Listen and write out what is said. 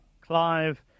Clive